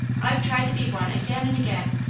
i've tried to be one again and again,